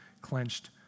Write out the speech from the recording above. clenched